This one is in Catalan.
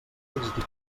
dipositen